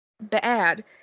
bad